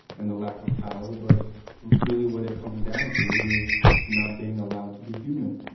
and the lack of power. but really what it comes down to is not being allowed to be human.